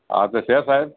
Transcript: હા તો છે સાહેબ